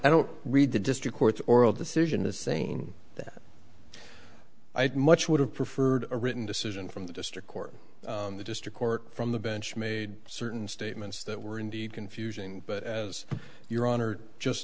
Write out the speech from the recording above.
i don't read the district court oral decision to sane that i had much would have preferred a written decision from the district court in the district court from the bench made certain statements that were indeed confusing but as your honor just